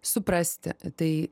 suprasti tai